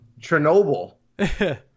Chernobyl